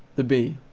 the bee.